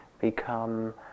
become